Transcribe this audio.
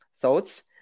thoughts